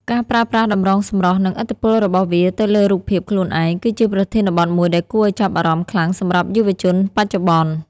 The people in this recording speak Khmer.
ការប្រើប្រាស់តម្រងសម្រស់និងឥទ្ធិពលរបស់វាទៅលើរូបភាពខ្លួនឯងគឺជាប្រធានបទមួយដែលគួរឱ្យចាប់អារម្មណ៍ខ្លាំងសម្រាប់យុវជនបច្ចុប្បន្ន។